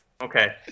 Okay